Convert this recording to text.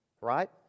right